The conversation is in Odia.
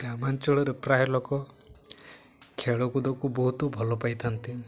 ଗ୍ରାମାଞ୍ଚଳରେ ପ୍ରାୟ ଲୋକ ଖେଳକୁଦକୁ ବହୁତ ଭଲ ପାଇଥାନ୍ତି